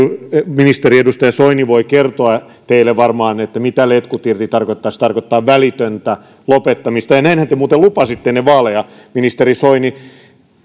ministeri soini voi varmaan kertoa teille mitä letkut irti tarkoittaa se tarkoittaa välitöntä lopettamista ja näinhän te muuten lupasitte ennen vaaleja ministeri soini